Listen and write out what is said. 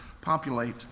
populate